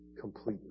completely